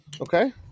Okay